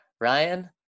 Ryan